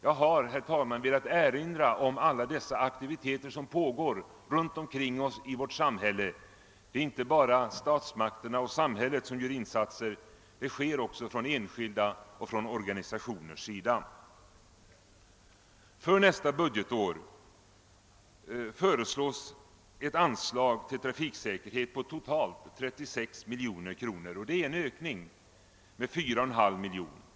Jag har, herr talman, velat erinra om alla dessa aktiviteter som pågår runt omkring oss i vårt samhälle. Det är inte bara statsmakterna och samhället som gör insatser; det gör också enskilda och organisationer. För nästa budgetår föreslås ett anslag till trafiksäkerhet på totalt 36 miljoner kronor, vilket är en ökning med 4,5 miljoner kronor.